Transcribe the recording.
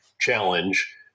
challenge